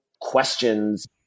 questions